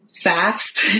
fast